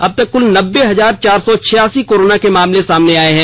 अब तक कुल नब्बे हजार चार सौ छियासी कोरोना के मामले सामने आए हैं